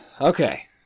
Okay